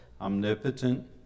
omnipotent